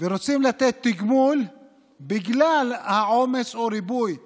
ורוצים לתת תגמול בגלל עומס או ריבוי פסולת,